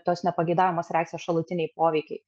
tos nepageidaujamos reakcijos šalutiniai poveikiai